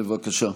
בבקשה.